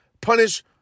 punish